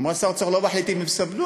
אמרה: שר האוצר לא מחליט אם הם סבלו,